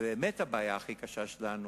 הבעיה הכי קשה שלנו